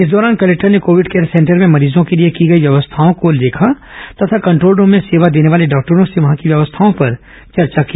इस दौरान कलेक्टर ने कोविड केयर सेंटर में मरीजों के लिए की गई व्यवस्थाओं को देखा तथा कंट्रोल रूम में सेवा देने वाले डॉक्टरों से वहां की व्यवस्थाओं पर चर्चा की